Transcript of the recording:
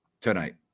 tonight